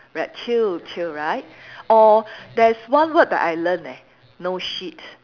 like chill chill right or there's one word that I learn leh no shit